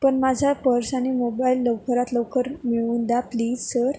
पण माझा पर्स आणि मोबाईल लवकरात लवकर मिळवून द्या प्लीज सर